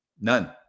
None